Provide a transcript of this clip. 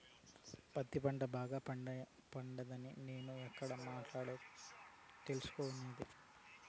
పత్తి పంట బాగా పండిందని నేను ఎక్కడ, ఎట్లా తెలుసుకునేది?